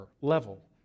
level